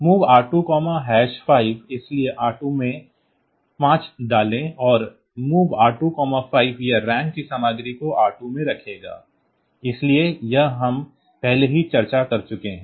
MOV R2 5 इसलिए R2 में 5 डालें और MOV R25 यह RAM की सामग्री को R2 में रखेगा इसलिए यह हम पहले ही चर्चा कर चुके हैं